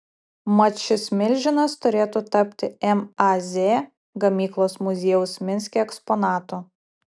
mat šis milžinas turėtų tapti maz gamyklos muziejaus minske eksponatu